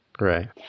Right